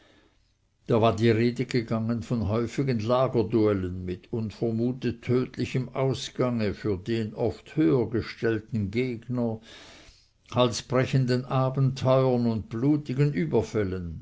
da war die rede gegangen von häufigen lagerduellen mit unvermutet tödlichem ausgange für den oft höhergestellten gegner halsbrechenden abenteuern und blutigen überfällen